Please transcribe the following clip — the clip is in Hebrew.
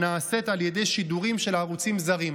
הנעשית על ידי שידורים של ערוצים זרים.